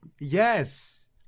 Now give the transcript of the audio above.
Yes